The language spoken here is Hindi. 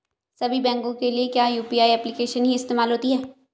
सभी बैंकों के लिए क्या यू.पी.आई एप्लिकेशन ही इस्तेमाल होती है?